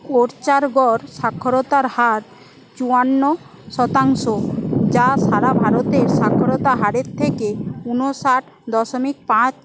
ওর্চারগড় সাক্ষরতার হার চুয়ান্ন শতাংশ যা সারা ভারতে সাক্ষরতা হারের থেকে ঊনষাট দশমিক পাঁচ